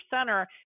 center